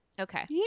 Okay